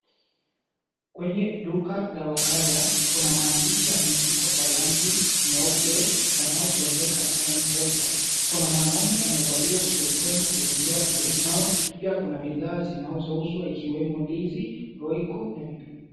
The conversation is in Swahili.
Kwenye duka la wakala ,kuna maandishi yameandikwa kwa rangi nyeupe, yanayosomeka Mpesa. Kuna mwanaume amevaliza surupwenye akitembea karibu nao. Pia kuna bidhaa zinazouzwa ikiwemo ndizi, royco na vitunguu.